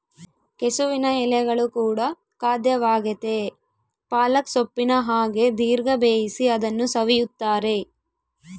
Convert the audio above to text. ಕೆಸುವಿನ ಎಲೆಗಳು ಕೂಡ ಖಾದ್ಯವಾಗೆತೇ ಪಾಲಕ್ ಸೊಪ್ಪಿನ ಹಾಗೆ ದೀರ್ಘ ಬೇಯಿಸಿ ಅದನ್ನು ಸವಿಯುತ್ತಾರೆ